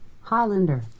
Highlander